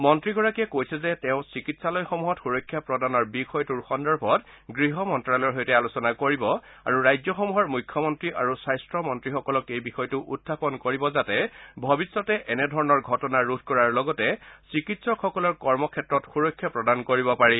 মন্ত্ৰীগৰাকীয়ে কৈছে যে তেওঁ চিকিৎসালয়সমূহত সূৰক্ষা প্ৰদানৰ বিষয়টো সন্দৰ্ভত গৃহ মন্ত্ৰালয়ৰ সৈতে আলোচনা কৰিব আৰু ৰাজ্যসমূহৰ মুখ্যমন্ত্ৰী আৰু স্বাস্থ্য মন্ত্ৰীসকলক এই বিষয়টো উত্থাপন কৰিব যাতে ভৱিষ্যতে এনেধৰণৰ ঘটনা ৰোধ কৰাৰ লগতে চিকিৎসকসকলৰ কৰ্মক্ষেত্ৰ সূৰক্ষা প্ৰদান কৰিব পাৰি